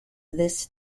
this